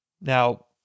Now